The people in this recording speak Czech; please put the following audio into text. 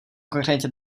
konkrétně